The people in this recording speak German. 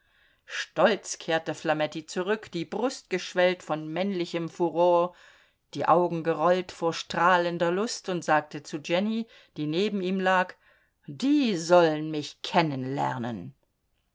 stolz kehrte flametti zurück die brust geschwellt von männlichem furor die augen gerollt vor strahlender lust und sagte zu jenny die neben ihm lag die sollen mich kennenlernen